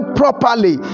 properly